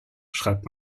schreibt